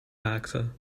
raakte